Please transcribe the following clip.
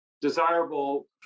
desirable